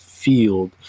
field